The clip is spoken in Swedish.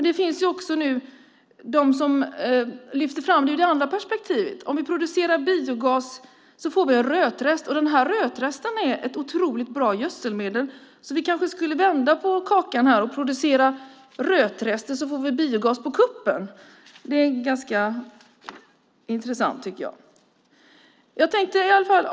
Det andra perspektivet som nu lyfts fram är att om vi producerar biogas får vi rötrester, och dessa rötrester är ett oerhört bra gödselmedel. Vi kanske ska vända på steken och producera rötrester, och så får vi biogas på kuppen. Det är en ganska intressant tanke, tycker jag.